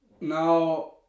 now